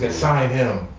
ah sign him!